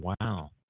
Wow